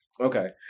Okay